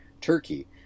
turkey